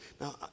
Now